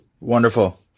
Wonderful